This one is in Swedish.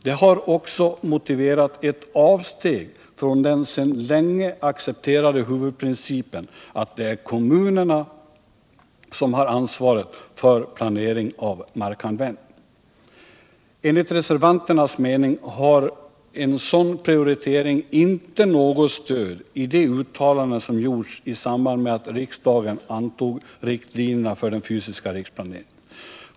Det har också motiverat ett avsteg från den sedan länge accepterade huvudprincipen att det är kommunerna, som har ansvaret för planering och markanvändning. Enligt reservanternas mening har en sådan prioritering inte något stöd i de uttalanden som gjorts i samband med att riksdagen antog riktlinjerna för den fysiska riksplaneringen.